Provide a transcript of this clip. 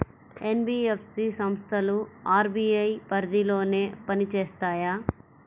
NBFC సంస్థలు RBI పరిధిలోనే పని చేస్తాయా?